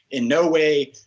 in no way,